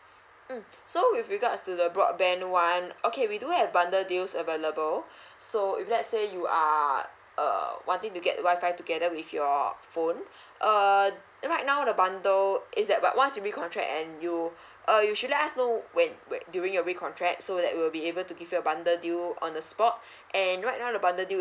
mm so with regards to the broadband one okay we do have bundle deals available so if let's say you are uh wanting to get WI-FI together with your phone uh right now the bundle is that what once you recontract and you uh you should let us know when when during your recontract so that we'll be able to give you a bundle deal on the spot and right now the bundle deal